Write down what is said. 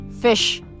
Fish